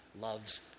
loves